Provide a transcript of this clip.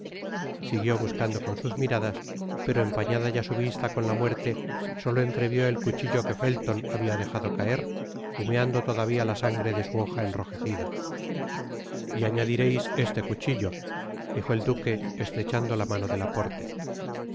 siguió buscando con sus miradas pero empañada ya su vista con la muerte solo entrevió el cuchillo que felton hadia dejado caer humeando todavia la sangre de su hoja enrojecida y añadireis este cuchillo dijo el duque estrechando la mano de laporte